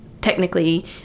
technically